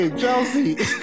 Chelsea